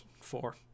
four